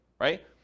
right